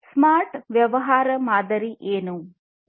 smart ವ್ಯವಹಾರ ಮಾದರಿ ಯಾವುದು